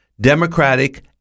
democratic